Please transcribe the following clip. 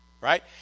right